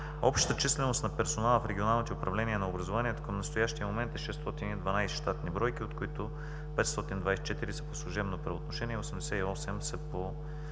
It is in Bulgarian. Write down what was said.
Общата численост на персонала в регионалните управления на образованието към настоящия момент е 612 щатни бройки, от които 524 са по служебно правоотношение, а 88 са по